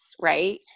right